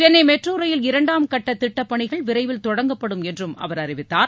Chennai metro rail இரண்டாம் கட்ட திட்டப் பணிகள் விரைவில் தொடங்கப்படும் என்றும் அவர் அறிவித்தார்